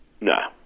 No